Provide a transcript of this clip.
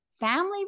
family